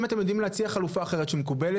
אם אתם יודעים להציע חלופה אחרת שמקובלת